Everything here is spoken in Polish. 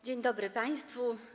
Dzień dobry państwu.